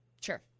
Sure